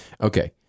Okay